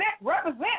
represent